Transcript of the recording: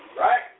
Right